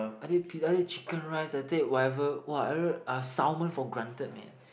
I take pizza I take chicken rice I take whatever !wah! every salmon for granted man